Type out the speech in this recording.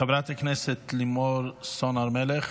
חברת הכנסת לימור סון הר מלך,